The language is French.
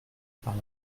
par